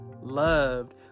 loved